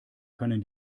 können